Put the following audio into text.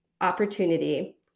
opportunity